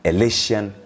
Elation